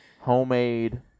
Homemade